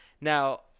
Now